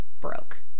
broke